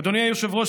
אדוני היושב-ראש,